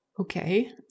okay